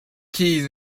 keys